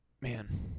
man